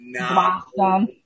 Awesome